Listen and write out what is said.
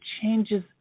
changes